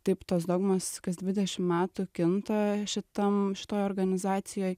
taip tos dogmos kas dvidešim metų kinta šitam šitoj organizacijoj